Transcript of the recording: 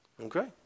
Okay